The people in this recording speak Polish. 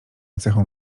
cechą